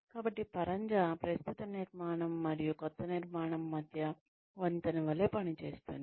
కాబట్టి పరంజా ప్రస్తుత నిర్మాణం మరియు కొత్త నిర్మాణం మధ్య వంతెన వలె పనిచేస్తుంది